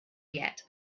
yet